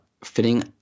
fitting